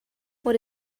what